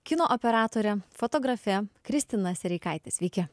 kino operatore fotografe kristina sereikaite sveiki